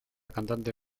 cantante